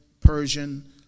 Persian